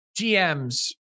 GMs